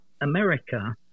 America